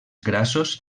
grassos